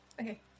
Okay